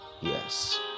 yes